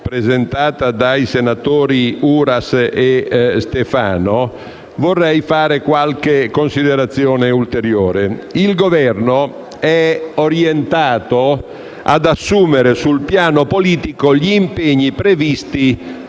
presentata dai senatori Uras e Stefano, vorrei svolgere qualche considerazione ulteriore. Il Governo è orientato ad assumere sul piano politico gli impegni previsti